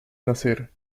nacer